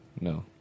No